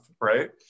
Right